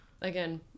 again